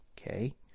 Okay